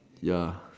ya